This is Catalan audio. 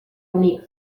unix